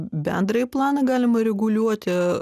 bendrąjį planą galima reguliuoti